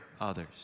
others